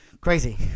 crazy